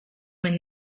when